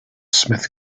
smith